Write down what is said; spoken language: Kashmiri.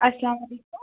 اَسلامُ علیکُم